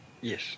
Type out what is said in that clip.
Yes